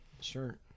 Sure